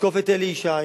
לתקוף את אלי ישי,